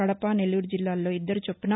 కడప నెల్లూరు జిల్లాలో ఇద్దరు చొప్పున